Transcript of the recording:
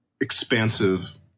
expansive